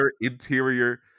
interior